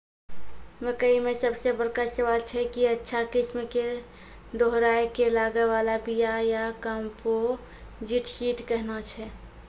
मकई मे सबसे बड़का सवाल छैय कि अच्छा किस्म के दोहराय के लागे वाला बिया या कम्पोजिट सीड कैहनो छैय?